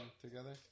together